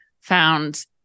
found